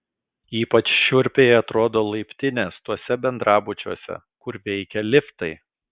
ypač šiurpiai atrodo laiptinės tuose bendrabučiuose kur veikia liftai